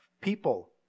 people